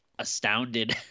astounded